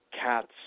CATS